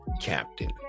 captain